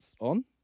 On